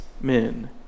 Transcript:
men